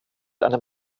einem